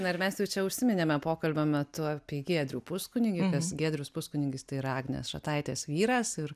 na ir mes jau čia užsiminėme pokalbio metu apie giedrių puskunigį kas giedrius puskunigis tai yra agnės šataitės vyras ir